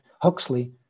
Huxley